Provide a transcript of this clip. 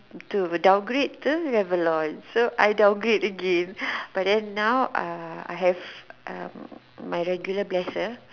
to downgrade to Revlon so I downgrade again but then now uh I have uh my regular blesser